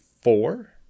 four